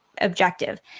objective